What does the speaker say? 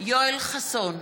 יואל חסון,